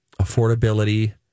affordability